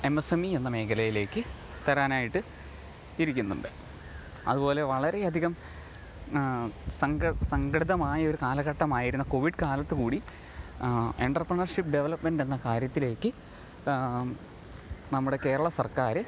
M S M E എന്ന മേഖലയിലേക്ക് തരാനായിട്ട് ഇരിക്കുന്നുണ്ട് അതുപോലെ വളരെ അധികം സംഘ സംഘടിതമായൊരു കാലഘട്ടമായിരുന്നു കോവിഡ് കാലത്തുകൂടി എൻറ്റർപ്രണർഷിപ്പ് ഡെവലപ്പ്മെൻ്റ് എന്ന കാര്യത്തിലേക്ക് നമ്മുടെ കേരള സർക്കാർ